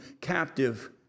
captive